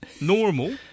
Normal